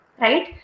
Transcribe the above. right